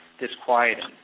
disquieting